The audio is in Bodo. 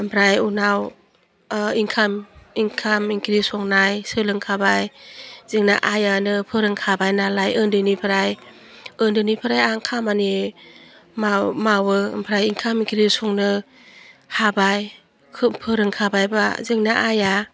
आमफ्राइ उनाव एंखाम ओंखाम ओंख्रि संनाय सोलोंखाबाय जोंना आइयानो फोरोंखाबाय नालाय ओन्दैनिफ्राइ ओन्दैनिफ्राइ आं खामानि माव मावो आमफ्राइ ओंखाम ओंख्रि संनो हाबाय खो फोरोंखाबायबा जोंनि आइया